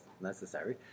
necessary